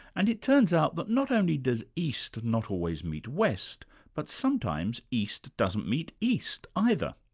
and it turns out that not only does east not always meet west, but sometimes east doesn't meet east, either.